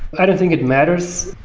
i don't think it matters,